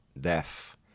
death